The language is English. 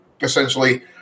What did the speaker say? essentially